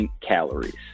calories